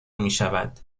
میشود